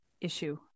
issue